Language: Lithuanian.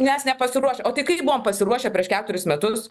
mes nepasiruošę o tai kaip buvom pasiruošę prieš keturis metus